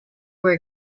were